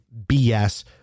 BS